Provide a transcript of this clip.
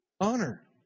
honor